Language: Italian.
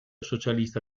socialista